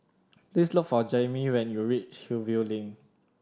please look for Jaimee when you reach Hillview Link